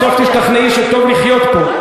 בסוף תשתכנעי שטוב לחיות פה.